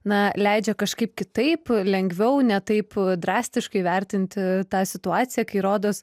na leidžia kažkaip kitaip lengviau ne taip drastiškai vertinti tą situaciją kai rodos